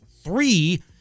three